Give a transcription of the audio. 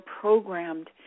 programmed